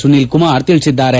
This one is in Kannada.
ಸುನೀಲ ಕುಮಾರ್ ತಿಳಿಸಿದ್ದಾರೆ